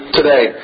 today